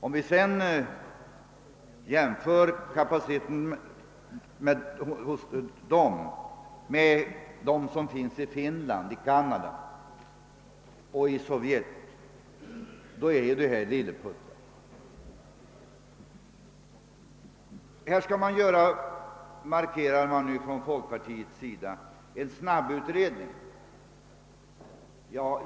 Om man jämför kapaciteten hos dessa industrier med dem som finns i Finland, Canada och Sovjet, finner man att det här är lilleputtindustrier. Från folkpartiets sida markerar man att här bör göras en snabbutredning.